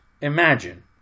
imagine